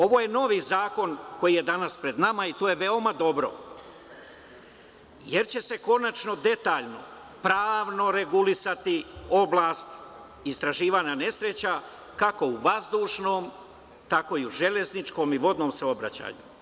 Ovo je novi zakon koji je pred nama i to je veoma dobro, jer će se konačno detaljno pravno regulisati oblast istraživanja nesreća kako u vazdušnom tako i u železničkom i vodnom saobraćaju.